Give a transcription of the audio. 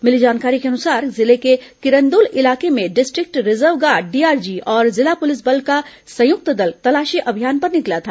मिली जानकारी के अनुसार जिले के किरंदुल इलाके में डिस्ट्रिक्ट रिजर्व गार्ड डीआरजी और जिला पुलिस बल का संयुक्त दल तलाशी अभियान पर निकला था